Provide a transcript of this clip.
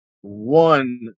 one